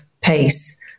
pace